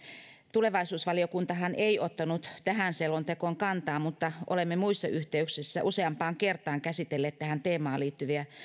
tulevaisuusvaliokuntahan ei ottanut tähän selontekoon kantaa mutta olemme muissa yhteyksissä useampaan kertaan käsitelleet tähän teemaan liittyviä